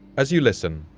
as you listen,